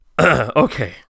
Okay